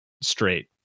straight